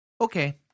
Okay